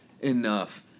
enough